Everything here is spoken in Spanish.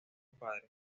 padre